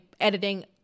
editing